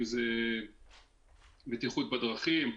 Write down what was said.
אם זה בטיחות בדרכים,